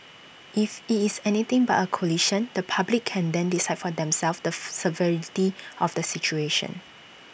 if IT is anything but A collision the public can then decide for themselves the severity of the situation